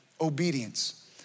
obedience